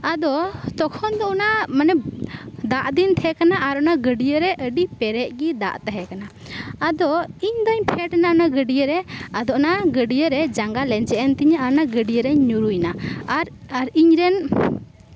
ᱟᱫᱚ ᱛᱚᱠᱷᱚᱱ ᱫᱚ ᱚᱱᱟ ᱢᱟᱱᱮ ᱚᱱᱟ ᱫᱟᱜ ᱫᱤᱱ ᱛᱟᱦᱮᱸ ᱠᱟᱱᱟ ᱟᱨ ᱚᱱᱟ ᱜᱟᱹᱰᱭᱟᱹ ᱨᱮ ᱟᱹᱰᱤ ᱯᱮᱨᱮᱡ ᱜᱮ ᱫᱟᱜ ᱛᱟᱦᱮᱸ ᱠᱟᱱᱟ ᱟᱫᱚ ᱤᱧ ᱵᱟᱹᱧ ᱯᱷᱮᱰ ᱞᱮᱱᱟ ᱜᱟᱹᱰᱭᱟᱹ ᱨᱮ ᱟᱫᱚ ᱚᱱᱟ ᱜᱟᱹᱰᱭᱟᱹ ᱨᱮ ᱡᱟᱸᱜᱟ ᱞᱮᱸᱡᱮᱫ ᱮᱱ ᱛᱤᱧᱟᱹ ᱟᱨ ᱚᱱᱟ ᱜᱟᱹᱰᱭᱟᱹ ᱨᱤᱧ ᱧᱩᱨᱦᱟᱹᱭᱮᱱᱟ ᱟᱨ ᱤᱧᱨᱮᱱ